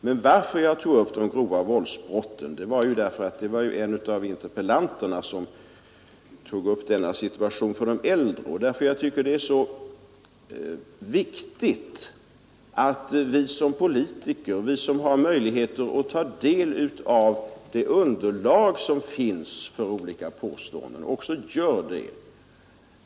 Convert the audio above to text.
Men anledningen till att jag tog upp de grova våldsbrotten var att en av interpellanterna berörde denna situation för de äldre och att jag tycker det är så viktigt att vi politiker, som har möjligheter att ta del av det underlag som finns för olika påståenden, också gör det.